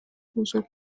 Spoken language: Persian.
بزرگ